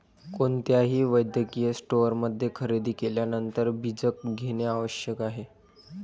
कोणत्याही वैद्यकीय स्टोअरमध्ये खरेदी केल्यानंतर बीजक घेणे आवश्यक आहे